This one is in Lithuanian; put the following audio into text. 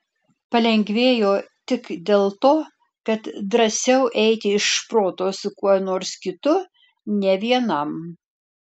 palengvėjo tik dėl to kad drąsiau eiti iš proto su kuo nors kartu ne vienam